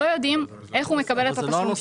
לא יודעים איך הוא מקבל את התשלום שלו.